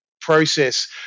process